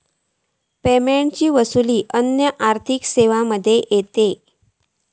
पेमेंटची वसूली अन्य आर्थिक सेवांमध्ये येता